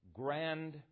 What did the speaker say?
grand